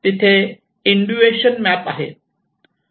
तेथे inundation map आहे